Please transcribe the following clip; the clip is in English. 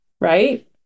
right